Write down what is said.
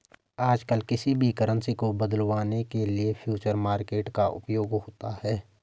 आजकल किसी भी करन्सी को बदलवाने के लिये फ्यूचर मार्केट का उपयोग होता है